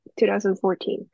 2014